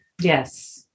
Yes